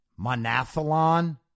Monathlon